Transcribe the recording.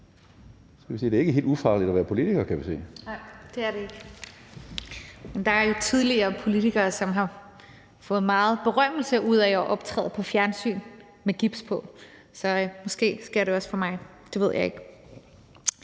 arm i gips). Kl. 16:32 (Ordfører) Rosa Lund (EL): Nej, det er det ikke. Der er jo tidligere politikere, som har fået meget berømmelse ud af at optræde på fjernsyn med gips på, så måske sker det også for mig. Det ved jeg ikke.